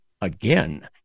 again